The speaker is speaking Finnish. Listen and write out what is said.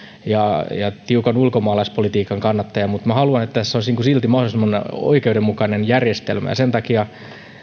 ja ja tiukan ulkomaalaispolitiikan kannattaja mutta haluan että tässä olisi silti mahdollisimman oikeudenmukainen järjestelmä sen takia